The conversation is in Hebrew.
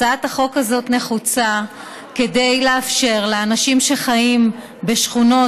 הצעת החוק הזאת נחוצה כדי לאפשר לאנשים שחיים בשכונות